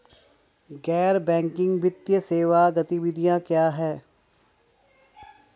गैर बैंकिंग वित्तीय सेवा गतिविधियाँ क्या हैं?